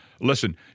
Listen